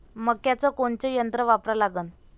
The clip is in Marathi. मक्याचं कोनचं यंत्र वापरा लागन?